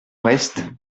reste